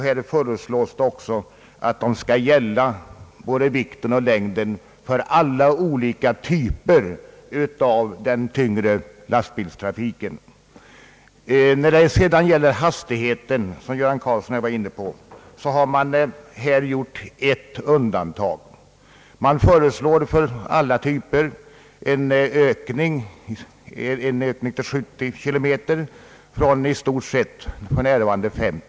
Det föreslås också att bestämmelserna om vikt och längd skall gälla för alla olika typer av tyngre lastbilar. När det sedan gäller hastigheten, som herr Göran Karlsson var inne på, har ett undantag gjorts. För alla typer av fordon föreslås en ökning av hastigheten från för närvarande i stort sett 50 km/tim.